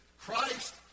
Christ